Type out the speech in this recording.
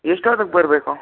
ಎಷ್ಟೊತ್ತಿಗೆ ಬರಬೇಕು